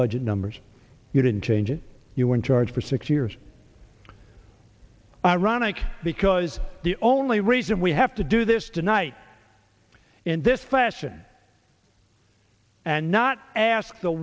budget numbers you didn't change it you were in charge for six years ironic because the only reason we have to do this tonight in this fashion and not ask the